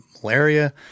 malaria